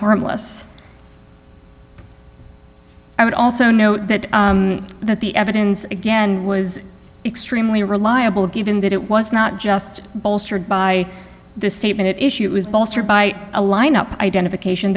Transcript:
harmless i would also note that that the evidence again was extremely reliable given that it was not just bolstered by the statement issued was bolstered by a lineup identification